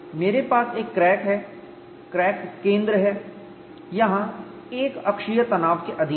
मेरे पास एक क्रैक है क्रैक केंद्र है यहां एकअक्षीय तनाव के अधीन है